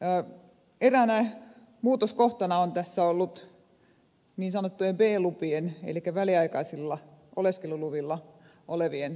eräänä muutoskohtana on tässä ollut niin sanottujen b luvilla elikkä väliaikaisilla oleskeluluvilla olevien asema